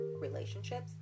relationships